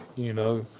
you know.